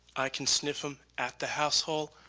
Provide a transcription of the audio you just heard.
i can sniff them at the household,